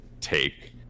take